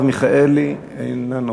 חברת הכנסת מרב מיכאלי, אינה נוכחת.